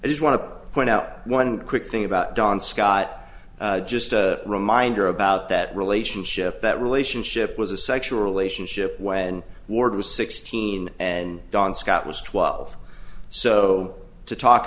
unreasonable just want to point out one quick thing about dawn scott just a reminder about that relationship that relationship was a sexual relationship when ward was sixteen and dawn scott was twelve so to talk